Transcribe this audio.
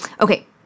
Okay